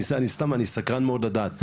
זה אני סתם, אני סקרן מאוד לדעת.